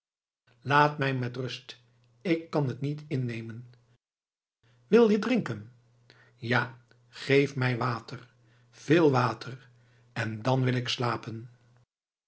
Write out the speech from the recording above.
laat mij met rust ik kan het niet innemen wil je drinken ja geef mij water veel water en dan wil ik slapen